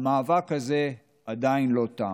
המאבק הזה עדיין לא תם.